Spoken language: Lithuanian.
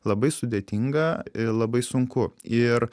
labai sudėtinga ir labai sunku ir